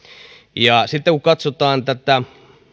ja sitten kun katsotaan tätä